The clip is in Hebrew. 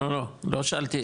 לא שאלתי,